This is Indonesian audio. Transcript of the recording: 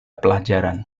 pelajaran